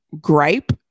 gripe